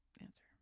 answer